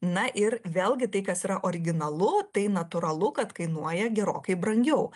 na ir vėlgi tai kas yra originalu tai natūralu kad kainuoja gerokai brangiau